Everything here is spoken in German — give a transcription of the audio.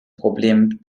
problem